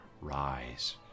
rise